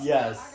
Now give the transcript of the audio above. Yes